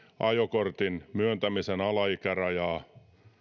ajokortin myöntämisen alaikärajaa